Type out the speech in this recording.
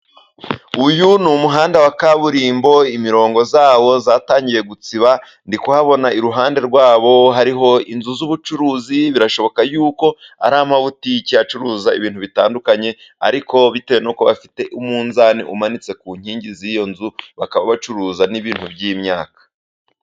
Uyu ni umuhanda wa kaburimbo, imirongo zawo zatangiye gusiba ,ndi kuhabona iruhande rwabo ,hariho inzu z'ubucuruzi . Birashoboka yuko ari amabutiki acuruza ibintu bitandukanye ariko bitewe n'uko bafite umunzani umanitse ku nkingi z'iyo nzu bakaba bacuruza n'ibintu by'imyaka.